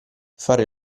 fare